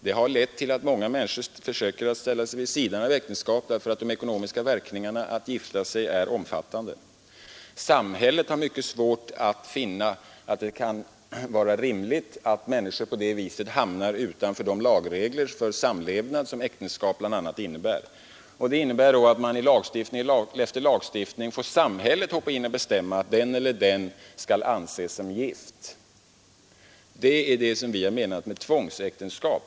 Det har lett till att många människor försöker ställa sig vid sidan av äktenskapet därför att de ekonomiska verkningarna av att gifta sig är betydande. Samhället har mycket svårt att finna det rimligt att människor på det viset hamnar utanför de lagregler för samlevnad som äktenskapet bl.a. innebär. Det medför att i lagstiftning efter lagstiftning får samhället hoppa in och bestämma att den eller den skäll anses som gift. Det är vad vi har menat med tvångsäktenskap.